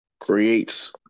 Creates